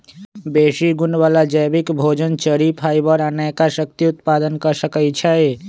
बेशी गुण बला जैबिक भोजन, चरि, फाइबर आ नयका शक्ति उत्पादन क सकै छइ